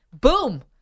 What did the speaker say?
Boom